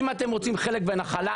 אם אתם רוצים חלק ונחלה,